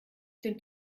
dem